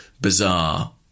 bizarre